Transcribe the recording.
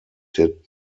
did